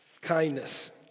Kindness